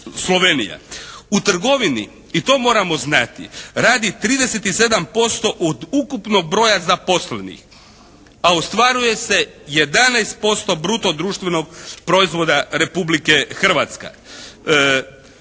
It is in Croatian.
U trgovini, i to moramo znati radi 37% od ukupnog broja zaposlenih, a ostvaruje se 11% bruto društvenog proizvoda Republike Hrvatske.